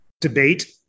debate